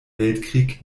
weltkrieg